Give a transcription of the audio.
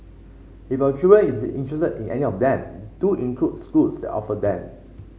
if your children is interested in any of them do include schools that offer them